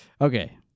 Okay